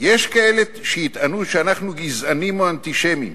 "יש כאלה שיטענו שאנחנו גזענים או אנטישמים,